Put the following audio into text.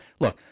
look